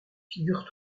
figure